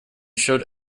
showed